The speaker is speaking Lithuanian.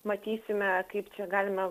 matysime kaip čia galima